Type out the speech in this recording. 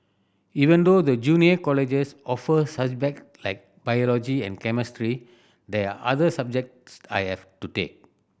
even though the junior colleges offer like biology and chemistry there are other subjects I have to take